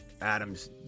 Adams